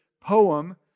poem